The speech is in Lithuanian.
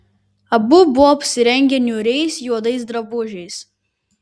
abu buvo apsirengę niūriais juodais drabužiais